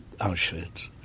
Auschwitz